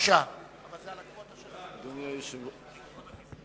חבר הכנסת לוין, תעלה על הדוכן.